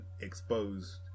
exposed